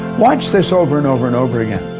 watch this over, and over, and over again.